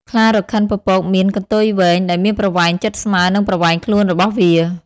ខ្លារខិនពពកមាន កន្ទុយវែង ដែលមានប្រវែងជិតស្មើនឹងប្រវែងខ្លួនរបស់វា។